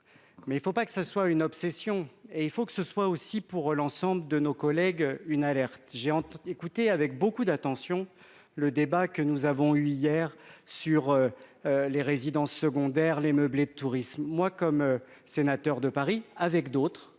mais il ne faut pas que ce soit une obsession et il faut que ce soit aussi pour l'ensemble de nos collègues, une alerte, j'ai écouté avec beaucoup d'attention le débat que nous avons eu hier sur les résidences secondaires les meublés de tourisme moi comme sénateur de Paris avec d'autres